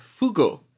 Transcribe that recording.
Fugo